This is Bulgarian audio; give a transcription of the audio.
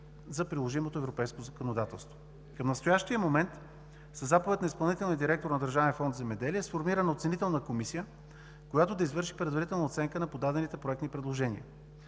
за приложимото европейско законодателство. Към настоящия момент със заповед на изпълнителния директор на Държавен фонд „Земеделие“ е сформирана оценителна комисия, която да извърши предварителна оценка на подадените проектни предложения.